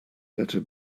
better